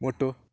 मोटो